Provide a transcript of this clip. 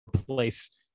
replace